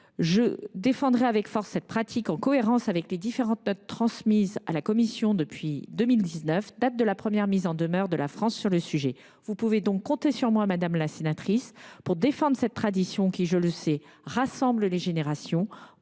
Je défendrai avec force cette pratique en cohérence avec les différentes notes transmises à la Commission depuis 2019, date de la première mise en demeure de la France sur le sujet. Vous pouvez donc compter sur moi, madame la sénatrice, pour défendre cette tradition qui, je le sais, rassemble les générations.